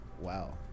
wow